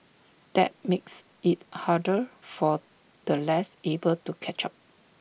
that makes IT harder for the less able to catch up